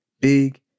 big